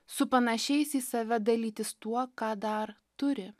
su panašiais į save dalytis tuo ką dar turi